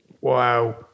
wow